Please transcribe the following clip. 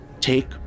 take